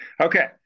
Okay